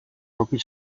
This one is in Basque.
toki